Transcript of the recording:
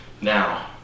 Now